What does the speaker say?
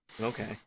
Okay